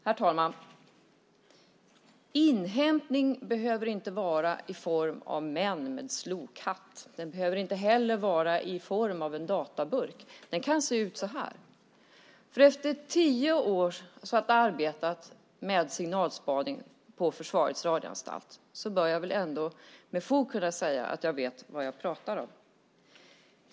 Herr talman! Inhämtning behöver inte vara i form av män med slokhatt och inte heller i form av en databurk, utan den kan se ut så här, som jag. Efter att i tio år ha arbetat med signalspaning på Försvarets radioanstalt bör jag med fog kunna säga att jag vet vad jag pratar om.